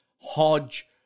Hodge